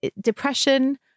depression